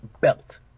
belt